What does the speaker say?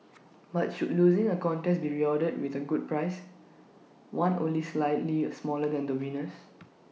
but should losing A contest be rewarded with A good prize one only slightly smaller than the winner's